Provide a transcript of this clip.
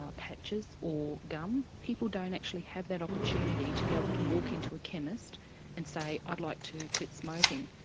ah patches or gum. people don't actually have that opportunity to be able to walk into a chemist and say i'd like to quite smoking.